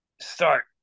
start